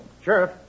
Sheriff